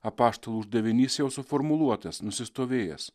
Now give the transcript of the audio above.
apaštalų uždavinys jau suformuluotas nusistovėjęs